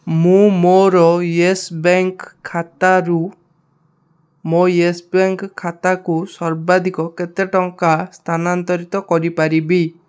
ମୁଁ ମୋର Yes Bank ଖାତାରୁ ମୋ ୟେସ୍ ବ୍ୟାଙ୍କ ଖାତାକୁ ସର୍ବାଧିକ କେତେ ଟଙ୍କା ସ୍ଥାନାନ୍ତରିତ କରିପାରିବି